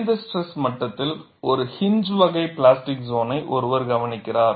குறைந்த ஸ்ட்ரெஸ் மட்டத்தில் ஒரு ஹின்ச் வகை பிளாஸ்டிக் சோன்னை ஒருவர் கவனிக்கிறார்